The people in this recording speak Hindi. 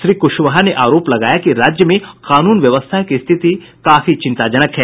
श्री कुशवाहा ने आरोप लगाया कि राज्य में कानून व्यवस्था की स्थिति काफी चिंताजनक है